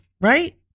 right